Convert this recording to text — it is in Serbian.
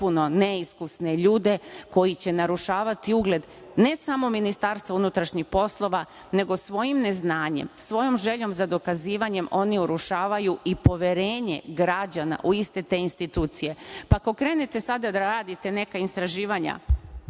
neiskusne ljude, koji će narušavati ugled, ne samo MUP-a, nego svojim neznanjem, svojom željom za dokazivanjem, oni urušavaju i poverenje građana u iste te institucije. Ako krenete sada da radite neka istraživanja